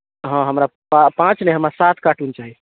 हँ हमरा पा पाँच नहि हमरा सात कार्टून चाही